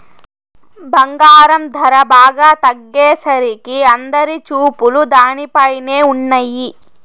బంగారం ధర బాగా తగ్గేసరికి అందరి చూపులు దానిపైనే ఉన్నయ్యి